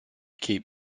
keep